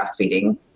breastfeeding